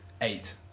eight